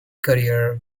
career